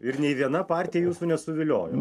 ir nei viena partija jūsų nesuviliojo